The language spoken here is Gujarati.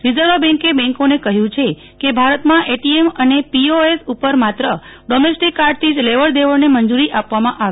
રિઝર્વ બેન્કે બેન્કોને કહ્યું છે કે ભારતમાં એટીએમ અને પીઓએસ ઉપર માત્ર ડોમેસ્ટિક કાર્ડથી જ લેવડ દેવડને મંજૂરી આપવામાં આવે